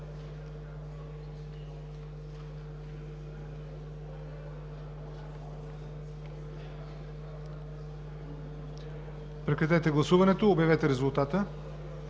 Прекратете гласуването и обявете резултата.